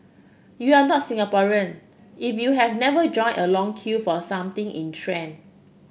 you are not Singaporean if you have never joined a long queue for a something in trend